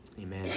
amen